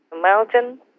mountain